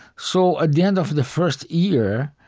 so, at the end of the first year,